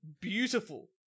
beautiful